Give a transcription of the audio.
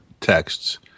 texts